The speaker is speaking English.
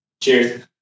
Cheers